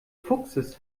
fuchses